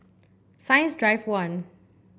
Science Drive One